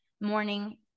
morning